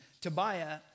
Tobiah